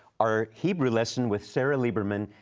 our hebrew lesson with sarah liberman,